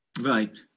Right